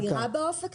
זה נראה באופק?